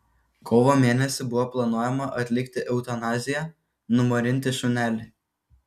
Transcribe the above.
kovo mėnesį buvo planuojama atlikti jam eutanaziją numarinti šunelį